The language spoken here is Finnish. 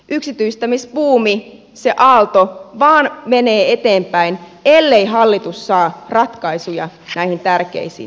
yksityistämisbuumi se aalto vain menee eteenpäin ellei hallitus saa ratkaisuja näihin tärkeisiin asioihin